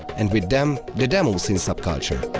and with them, the demoscene subculture.